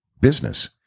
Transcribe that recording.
business